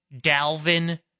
Dalvin